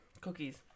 Cookies